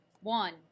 one